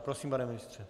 Prosím, pane ministře.